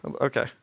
Okay